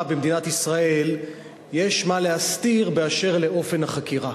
במדינת ישראל יש מה להסתיר באשר לאופן החקירה.